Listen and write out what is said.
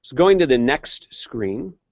going to the next screen,